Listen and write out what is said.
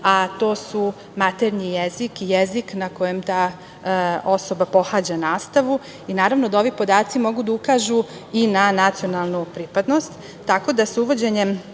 a to su maternji jezik, jezik na kojem ta osoba pohađa nastavu. Naravno, da ovi podaci mogu da ukažu i na nacionalnu pripadnost tako da se uvođenjem